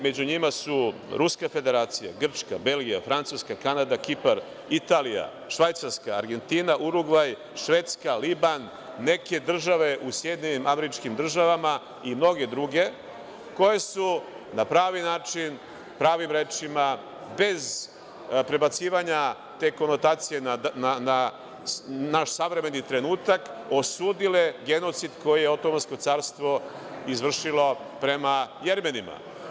Među njima su Ruska Federacija, Grčka, Belgija, Francuska, Kanada, Kipar, Italija, Švajcarska, Argentina, Urugvaj, Švedska, Liban, neke države u SAD, i mnoge druge koje su na pravi način, pravim rečima bez prebacivanja te konotacije na naš savremeni trenutak osudile genocid koji je Otomansko carstvo izvršilo prema Jermenima.